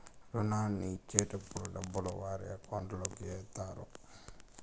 రుణాన్ని ఇచ్చేటటప్పుడు డబ్బులు వారి అకౌంట్ లోకి ఎత్తారు